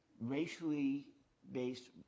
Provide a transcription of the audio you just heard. racially-based